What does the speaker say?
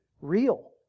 real